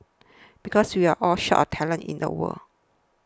because we are all short of talent in the world